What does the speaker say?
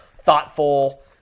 thoughtful